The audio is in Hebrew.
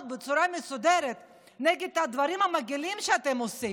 בצורה מסודרת נגד הדברים המגעילים שאתם עושים,